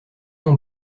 non